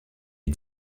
est